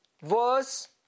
verse